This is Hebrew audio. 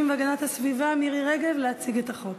והגנת הסביבה מירי רגב להציג את החוק